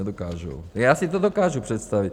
A já si to dokážu představit.